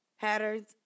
patterns